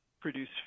produce